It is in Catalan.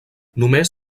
només